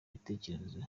ibitekerezo